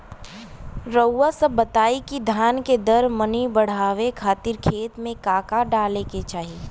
रउआ सभ बताई कि धान के दर मनी बड़ावे खातिर खेत में का का डाले के चाही?